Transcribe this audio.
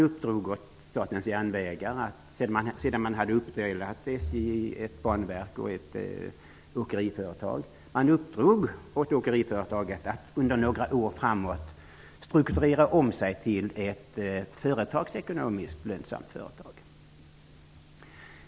Sedan SJ hade delats upp i ett banverk och ett åkeriföretag uppdrogs åt åkeriföretaget att under några år framöver strukturera om sig till ett företagsekonomiskt lönsamt företag.